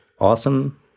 awesome